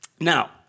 Now